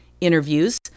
interviews